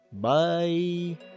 Bye